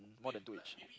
more than two each